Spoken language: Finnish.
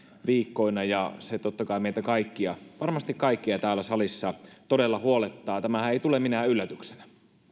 viikkoina ja se totta kai varmasti meitä kaikkia täällä salissa todella huolettaa tämähän ei tule minään yllätyksenä